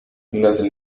las